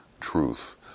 truth